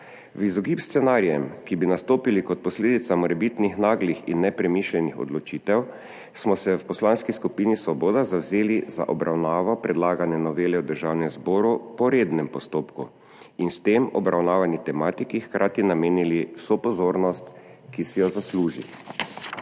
V izogib scenarijem, ki bi nastopili kot posledica morebitnih naglih in nepremišljenih odločitev, smo se v Poslanski skupini Svoboda zavzeli za obravnavo predlagane novele v Državnem zboru po rednem postopku in s tem obravnavani tematiki hkrati namenili vso pozornost, ki si jo zasluži.